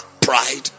pride